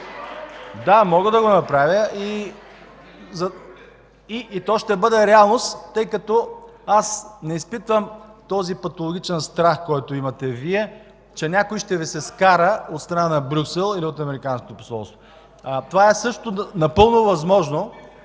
Да, мога да го направя, и то ще бъде реалност, тъй като аз не изпитвам този патологичен страх, който имате Вие, че някой ще Ви се скара от страна на Брюксел или от Американското посолство. Това е напълно възможно